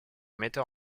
metteur